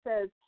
says